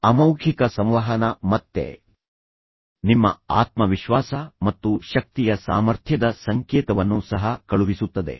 ಅಮೌಖಿಕ ಸಂವಹನ ಮತ್ತೆ ನಿಮ್ಮ ಆತ್ಮವಿಶ್ವಾಸ ಮತ್ತು ಶಕ್ತಿಯ ಸಾಮರ್ಥ್ಯದ ಸಂಕೇತವನ್ನು ಸಹ ಕಳುಹಿಸುತ್ತದೆ